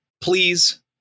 Please